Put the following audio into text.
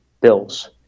bills